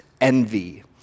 envy